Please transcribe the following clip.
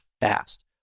fast